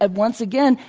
ah once again,